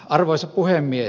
arvoisa puhemies